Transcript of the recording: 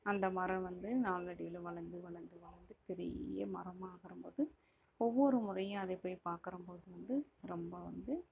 அந்த மரம் வந்து நாள் அடைவில் வளர்ந்து வளர்ந்து வளர்ந்து பெரிய மரமாகும் போது ஒவ்வொரு முறையும் அதை போய் பார்க்கறம் போது வந்து ரொம்ப வந்து